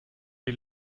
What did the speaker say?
die